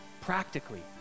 Practically